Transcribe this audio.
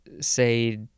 say